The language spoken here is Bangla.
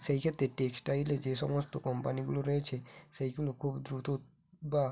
সেক্ষেত্রে টেক্সটাইলের যে সমস্ত কোম্পানিগুলো রয়েছে সেইগুলো খুব দ্রুত বা